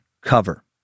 cover